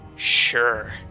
Sure